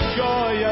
joy